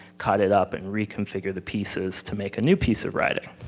cut it up and reconfigure the pieces to make a new piece of writing.